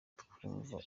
twumva